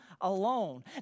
alone